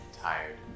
Tired